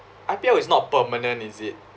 I_P_L is not permanent is it